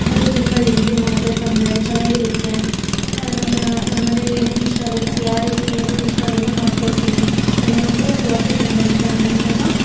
ಅದು ತುಂಬ ಈಸಿ ಮಾಡಬೇಕಂದ್ರೆ ಚೆನ್ನಾಗಿರುತ್ತೆ ನಮ್ಮ ನಮ್ಮ ಮನೇಲಿ ಏನೇನು ಇಷ್ಟ ಅವೆಲ್ಲ ಯಾರಿಗೆ ಏನೇನು ಇಷ್ಟ ಅವೆಲ್ಲಾ ಮಾಡಿಕೊಡ್ತೀನಿ ನನಗಂತ್ರು ದೋಸೆ ತುಂಬ ಇಷ್ಟ ನಮ್ಮ ಅಮ್ಮಗೆ